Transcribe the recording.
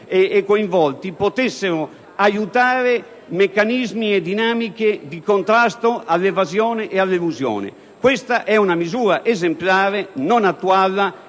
e coinvolti potessero aiutare meccanismi e dinamiche di contrasto all'evasione e all'elusione. Questa è una misura esemplare. Non attuarla